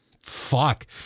fuck